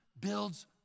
builds